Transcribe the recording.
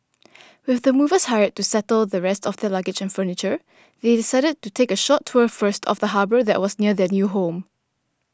with the movers hired to settle the rest of their luggage and furniture they decided to take a short tour first of the harbour that was near their new home